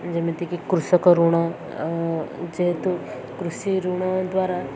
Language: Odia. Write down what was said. ଯେମିତିକି କୃଷକ ଋଣ ଯେହେତୁ କୃଷି ଋଣ ଦ୍ୱାରା